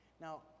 Now